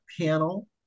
panel